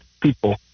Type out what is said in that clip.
people